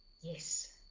Yes